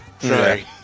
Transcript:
sorry